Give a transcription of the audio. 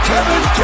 Kevin